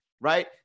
right